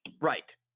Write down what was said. Right